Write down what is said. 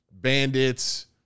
bandits